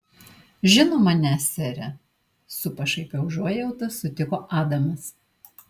žinoma ne sere su pašaipia užuojauta sutiko adamas